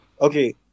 Okay